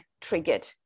triggered